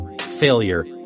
failure